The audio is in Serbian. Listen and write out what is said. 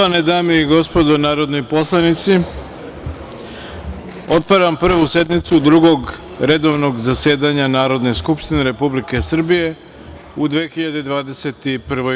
Poštovane dame i gospodo narodni poslanici, otvaram Prvu sednicu Drugog redovnog zasedanja Narodne skupštine Republike Srbije u 2021.